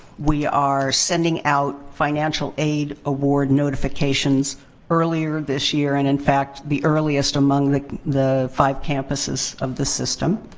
we are sending out financial aid award notifications earlier this year. and, in fact, the earliest among like the five campuses of the system.